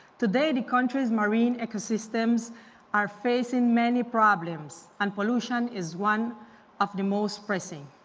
today, the country's marine ecosystems are facing many problems and pollution is one of the most pressing.